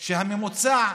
והממוצע,